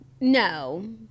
No